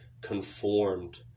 conformed